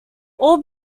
all